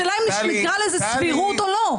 השאלה אם נקרא לזה סבירות או לא.